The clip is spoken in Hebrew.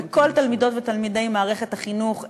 וכל תלמידות ותלמידי מערכת החינוך,